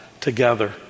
together